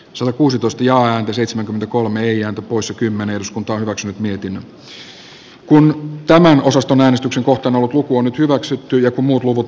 sun kuusitoista ja jseitsemänkymmentäkolme ja osa kymmenen eduskunta on hyväksynyt osaston äänestyksen kohtaan ovat luku nyt hyväksytty ja muut luvut